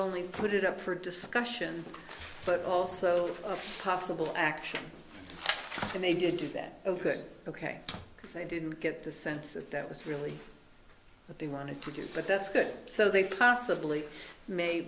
only put it up for discussion but also possible action and they did do that ok ok so i didn't get the sense that that was really what they wanted to do but that's good so they possibly may